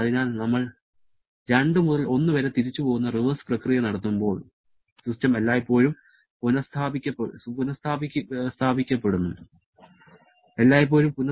അതിനാൽ നമ്മൾ 2 മുതൽ 1 വരെ തിരിച്ച് പോകുന്ന റിവേഴ്സ് പ്രക്രിയ നടത്തുമ്പോൾ സിസ്റ്റം എല്ലായ്പ്പോഴും പുന